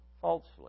falsely